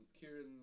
Kieran